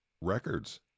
records